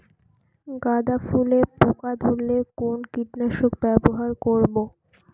গাদা ফুলে পোকা ধরলে কোন কীটনাশক ব্যবহার করব?